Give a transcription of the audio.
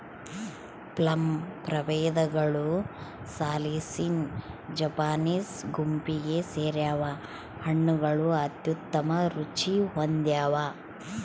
plum ಪ್ರಭೇದಗಳು salicina Japanese ಗುಂಪಿಗೆ ಸೇರ್ಯಾವ ಹಣ್ಣುಗಳು ಅತ್ಯುತ್ತಮ ರುಚಿ ಹೊಂದ್ಯಾವ